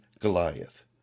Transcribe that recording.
Goliath